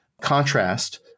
contrast